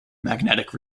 magnetic